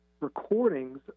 recordings